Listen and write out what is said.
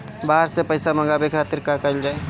बाहर से पइसा मंगावे के खातिर का कइल जाइ?